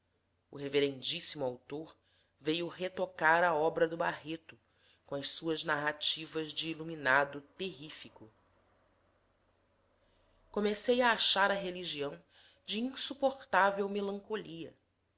o reverendíssimo autor veio retocar a obra do barreto com as suas narrativas de iluminado terrifico comecei a achar a religião de insuportável melancolia